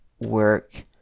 work